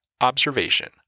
observation